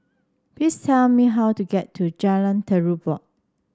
please tell me how to get to Jalan Terubok